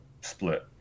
split